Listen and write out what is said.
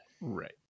Right